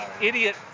idiot